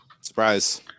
Surprise